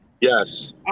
Yes